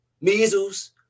measles